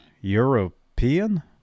European